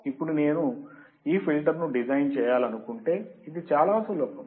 ఇప్పుడు నేను ఈ ఫిల్టర్ను డిజైన్ చేయాలనుకుంటే ఇది చాలా సులభం